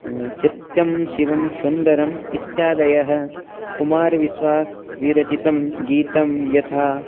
सत्यं शिवं सुन्दरम् इत्यादयः कुमारविश्वासविरचितं गीतं यथा